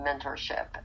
mentorship